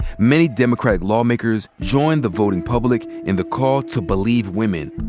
many democratic lawmakers joined the voting public in the call to believe women,